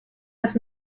als